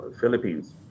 Philippines